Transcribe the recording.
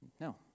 No